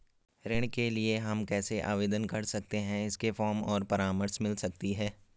ऋण के लिए हम कैसे आवेदन कर सकते हैं इसके फॉर्म और परामर्श मिल सकती है?